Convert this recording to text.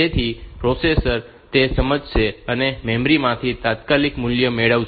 તેથી પ્રોસેસર તે સમજશે અને મેમરીમાંથી તાત્કાલિક મૂલ્ય મેળવશે